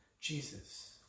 Jesus